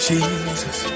Jesus